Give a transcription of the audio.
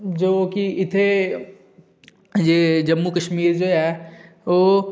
जो की इत्थें जम्मू कशमीर जे ऐ ओह्